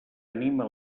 anima